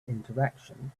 interaction